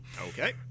Okay